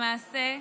למעשה,